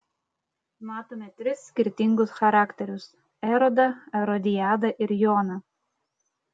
matome tris skirtingus charakterius erodą erodiadą ir joną